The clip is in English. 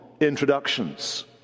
introductions